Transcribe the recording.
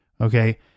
Okay